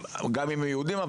גם אם הם יהודים,